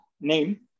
name